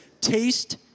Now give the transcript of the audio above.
taste